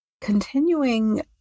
continuing